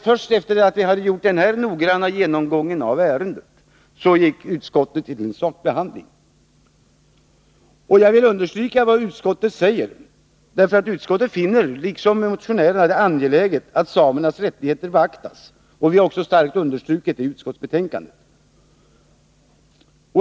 Först efter det att vi hade gjort denna noggranna genomgång av ärendet gick utskottet till en sakbehandling. Jag vill understryka att utskottet, liksom motionärerna, finner det angeläget att samernas rättigheter beaktas. Vi har 159 också starkt betonat det i betänkandet.